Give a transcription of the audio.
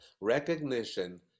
Recognition